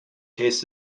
tastes